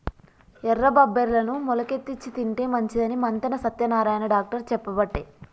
ఎర్ర బబ్బెర్లను మొలికెత్తిచ్చి తింటే మంచిదని మంతెన సత్యనారాయణ డాక్టర్ చెప్పబట్టే